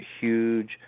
huge